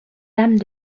dame